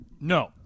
No